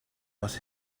was